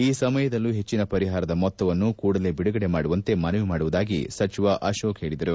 ಈ ಸಮಯದಲ್ಲೂ ಹೆಚ್ಚನ ಪರಿಹಾರದ ಮೊತ್ತವನ್ನು ಕೂಡಲೇ ಬಿಡುಗಡೆ ಮಾಡುವಂತೆ ಮನವಿ ಮಾಡುವುದಾಗಿ ಸಚಿವ ಅಶೋಕ್ ಹೇಳಿದರು